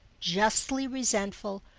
justly resentful,